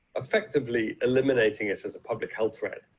effectively eliminating it as a public health threat,